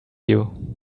you